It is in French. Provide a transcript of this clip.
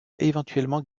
éventuellement